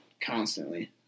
constantly